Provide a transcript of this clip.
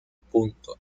punto